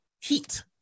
heat